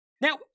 Now